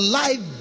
life